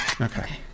Okay